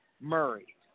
Murray